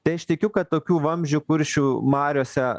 tai aš tikiu kad tokių vamzdžių kuršių mariose